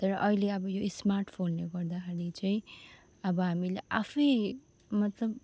तर अहिले अब यो स्मार्ट फोनले गर्दाखेरि चाहिँ अब हामीले आफै मतलब